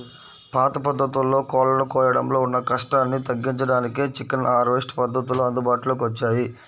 పాత పద్ధతుల్లో కోళ్ళను కోయడంలో ఉన్న కష్టాన్ని తగ్గించడానికే చికెన్ హార్వెస్ట్ పద్ధతులు అందుబాటులోకి వచ్చాయి